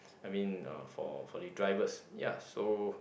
I mean uh for for the drivers ya so